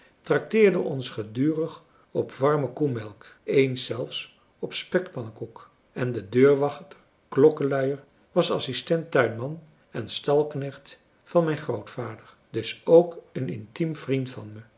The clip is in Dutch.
trakteerde ons gedurig op warme koemelk eens zelfs op spekpannekoek en de deurwachter klokkeluier was assistent tuinman en stalknecht van mijn grootvader dus ook een intiem vriend van me